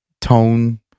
tone